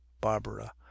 barbara